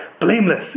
blameless